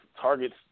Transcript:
targets